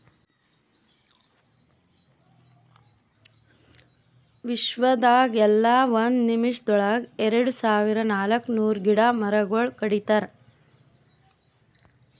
ವಿಶ್ವದಾಗ್ ಎಲ್ಲಾ ಒಂದ್ ನಿಮಿಷಗೊಳ್ದಾಗ್ ಎರಡು ಸಾವಿರ ನಾಲ್ಕ ನೂರು ಗಿಡ ಮರಗೊಳ್ ಕಡಿತಾರ್